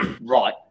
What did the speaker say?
right